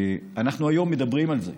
אנחנו היום מדברים על זה,